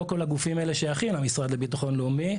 לא כל הגופים האלה שייכים למשרד לביטחון לאומי.